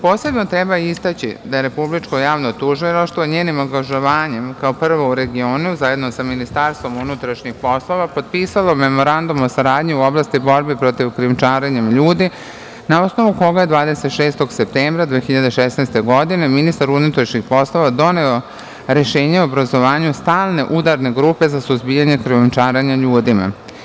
Posebno treba istaći da je Republičko javno tužilaštvo njenim angažovanjem, kao prvo u regionu, zajedno sa Ministarstvom unutrašnjih poslova, potpisalo Memorandum o saradnji u oblasti borbe protiv krijumčarenja ljudi, na osnovu koga je 26. septembra 2016. godine ministar unutrašnjih poslova doneo rešenje o obrazovanju Stalne udarne grupe za suzbijanje krijumčarenja ljudima.